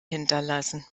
hinterlassen